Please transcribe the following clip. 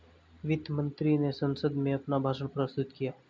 वित्त मंत्री ने संसद में अपना भाषण प्रस्तुत किया